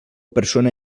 persona